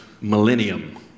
millennium